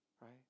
right